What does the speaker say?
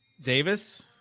Davis